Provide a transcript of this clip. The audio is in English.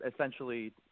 essentially